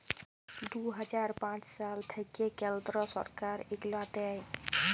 দু হাজার পাঁচ সাল থ্যাইকে কেলদ্র ছরকার ইগলা দেয়